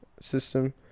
system